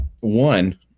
one